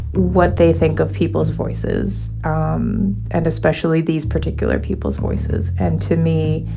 what they think of people's voices ah um and especially these particular people's voices. and to me,